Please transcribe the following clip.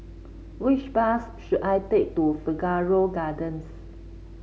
which bus should I take to Figaro Gardens